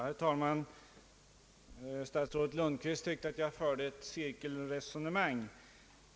Herr talman! Statsrådet Lundkvist tyckte att jag förde ett cirkelresonemang.